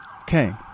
Okay